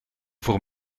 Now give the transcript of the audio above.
voor